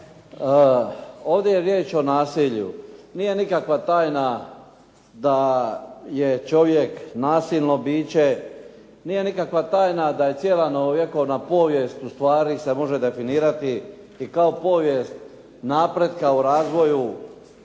Ovdje je riječ o nasilju. Nije nikakva tajna da je čovjek nasilno biće, nije nikakva tajna da je cijela novovijekovna povijest se ustvari može definirati i kao povijest napretka u razvoju